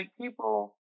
people